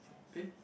pay